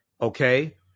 okay